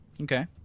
Okay